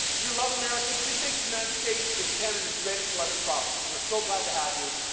we love americans. we think the united states is canada's greatest eleventh province. we're so glad to have you.